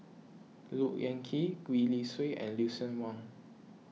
Look Yan Kit Gwee Li Sui and Lucien Wang